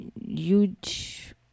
huge